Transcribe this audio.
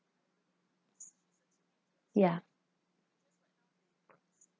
ya